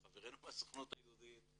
חברינו מהסוכנות היהודית,